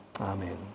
Amen